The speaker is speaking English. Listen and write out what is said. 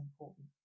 important